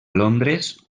londres